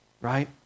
right